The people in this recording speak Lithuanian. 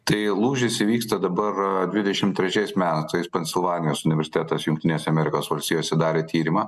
tai lūžis įvyksta dabar dvidešim trečiais metais pensilvanijos universitetas jungtinėse amerikos valstijose darė tyrimą